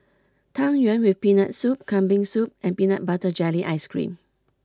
Tang Yuen with Peanut Soup Kambing Soup and Peanut butter Jelly Ice Cream